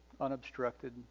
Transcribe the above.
unobstructed